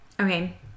Okay